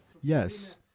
Yes